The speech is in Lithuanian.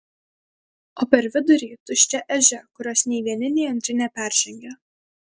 o per vidurį tuščia ežia kurios nei vieni nei antri neperžengia